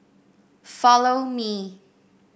Follow Me